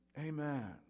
amen